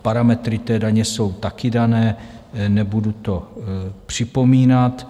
Parametry té daně jsou taky dané, nebudu to připomínat.